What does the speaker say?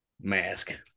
mask